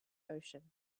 ocean